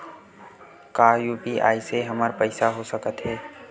का यू.पी.आई से हमर पईसा हो सकत हे?